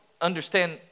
understand